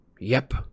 Yep